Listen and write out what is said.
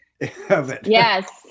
Yes